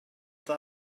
that